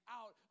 out